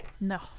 No